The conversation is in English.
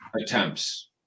attempts